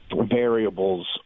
variables